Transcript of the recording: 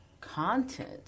content